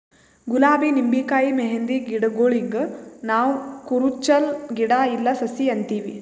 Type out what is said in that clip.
ಗುಲಾಬಿ ನಿಂಬಿಕಾಯಿ ಮೆಹಂದಿ ಗಿಡಗೂಳಿಗ್ ನಾವ್ ಕುರುಚಲ್ ಗಿಡಾ ಇಲ್ಲಾ ಸಸಿ ಅಂತೀವಿ